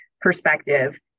perspective